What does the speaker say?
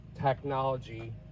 technology